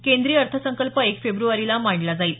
केंद्रीय अर्थसंकल्प एक फेब्रवारीला मांडला जाईल